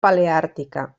paleàrtica